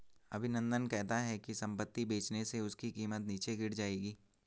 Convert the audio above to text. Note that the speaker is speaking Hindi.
अभिनंदन कहता है कि संपत्ति बेचने से उसकी कीमत नीचे गिर जाएगी